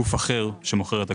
כמו שאמרתם,